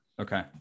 Okay